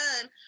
done